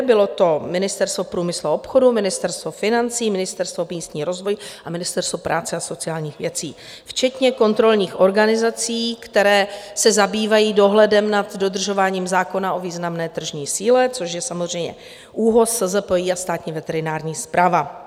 Bylo to Ministerstvo průmyslu a obchodu, Ministerstvo financí, Ministerstvo pro místní rozvoj a Ministerstvo práce a sociálních věcí včetně kontrolních organizací, které se zabývají dohledem nad dodržováním zákona o významné tržní síle, což je samozřejmě ÚOHS, SZPI a Státní veterinární správa.